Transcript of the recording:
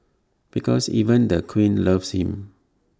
because even the queen loves him